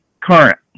current